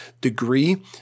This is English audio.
degree